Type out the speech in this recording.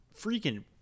freaking